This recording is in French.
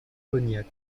cognac